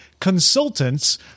consultants